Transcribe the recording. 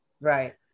Right